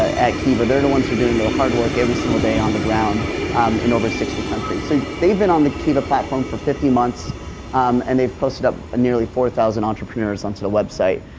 at kiva. theyire the ones who are doing the hard work every single day on the ground in over sixty countries. so theyive been on the kiva platform for fifty months and theyive posted up nearly four thousand entrepreneurs onto the website.